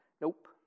nope